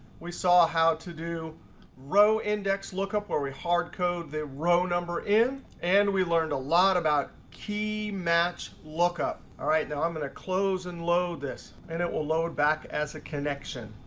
we saw how to do row index lookup where we hard code the row number in, and we learned a lot about key match lookup. now i'm going to close and load this, and it will load back as a connection.